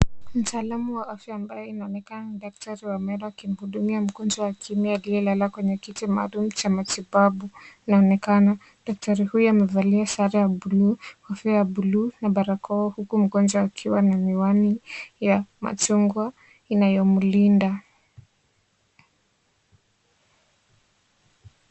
Mtaalamu wa afya ambaye inaonekana ni daktari wa meno akimhudumia mgonjwa wa kiume aliyelala kwenye kiti maalum cha matibabu . Inaonekana daktari huyo amevalia sare ya blu , kofia ya blu na barakoa huku mgonjwa akiwa na miwani ya machungwa inayomlinda.